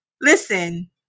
listen